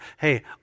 Hey